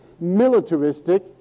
militaristic